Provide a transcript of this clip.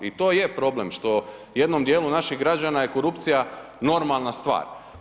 I to je problem što jednom dijelu naših građana je korupcija normalna stvar.